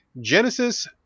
Genesis